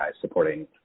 supporting